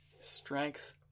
Strength